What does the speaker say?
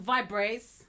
Vibrates